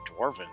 dwarven